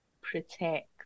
protect